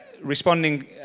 responding